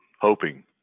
hoping